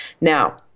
Now